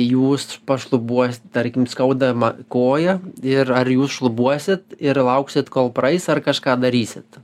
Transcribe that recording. jūs pašlubuos tarkim skaudama koja ir ar jūs šlubuosit ir lauksit kol praeis ar kažką darysit